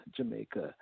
Jamaica